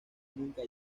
nunca